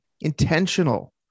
intentional